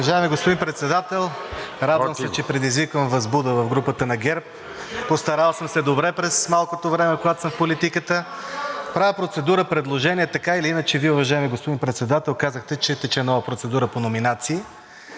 Уважаеми господин Председател, радвам се, че предизвиквам възбуда в групата на ГЕРБ. Постарал съм се добре през малкото време, когато съм в политиката. Правя процедура, предложение. Така или иначе Вие, уважаеми господин Председател, казахте, че тече нова процедура по номинации